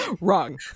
Wrong